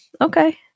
Okay